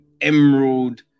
Emerald